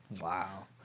wow